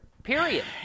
Period